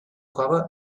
cove